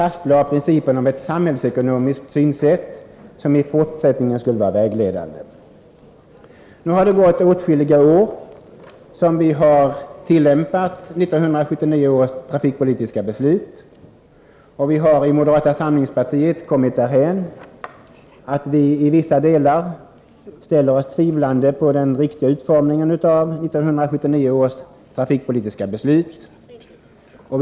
Man följde principen om ett samhällsekonomiskt synsätt, som i fortsättningen skulle vara vägledande. Nu har det gått åtskilliga år under vilka vi har tillämpat 1979 års trafikpolitiska beslut. Vi har i moderata samlingspartiet kommit därhän att vi i vissa delar ställer oss tvivlande till om utformningen av 1979 års trafikpolitiska beslut är riktig.